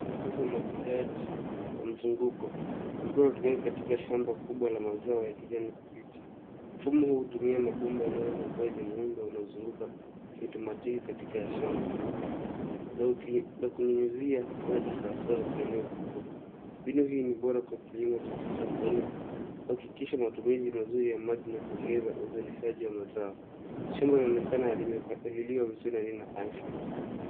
Mfumo wa kisasa wa umwagiliaji kwa mzunguko, ikuwa imetumiwa katika shamba kubwa la mazao ya kijani kibichi. Fumo huu utumia mabomba yalioekwa kwenye muundo unao zunguka kiotomatiki katika shamba na kunyinyuzia maji sawa sawa kwa eneo kubwa. Mbinu hii ni bora kwa kilimo cha kisasa kwenye kuhakikisha matumizi mazuri ya maji na kuongeza uzalishaji wa mazao, shamba linaonekana limepaliliwa vizuri na lina afya.